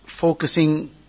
focusing